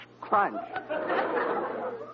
crunch